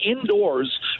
indoors